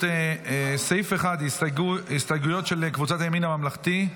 סעיף 1, הסתייגויות של קבוצת הימין הממלכתי,